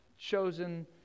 Chosen